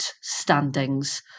standings